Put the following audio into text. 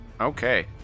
Okay